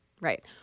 right